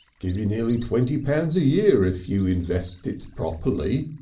give you nearly twenty pounds a year if you invest it properly.